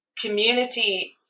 community